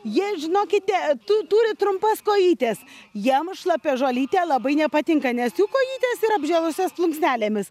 jie žinokite tu turi trumpas kojytes jiem šlapia žolytė labai nepatinka nes jų kojytės yra apžėlusios plunksnelėmis